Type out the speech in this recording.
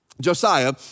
Josiah